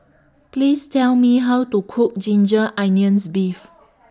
Please Tell Me How to Cook Ginger Onions Beef